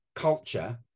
culture